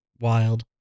Wild